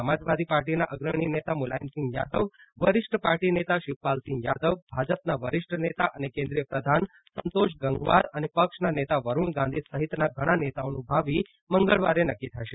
સમાજવાદી પાર્ટીના અગ્રણી નેતા મુલાયમસિંહ યાદવ વરિષ્ઠ પાર્ટી નેતા શિપપાલ સિંહ યાદવ ભાજપના વરિષ્ઠ નેતા અને કેન્દ્રીય પ્રધાન સંતોષ ગંગવાર અને પક્ષના નેતા વરૂણ ગાંધી સહિતના ઘણા નેતાઓનું ભાવિ મંગળવારે નક્કી થશે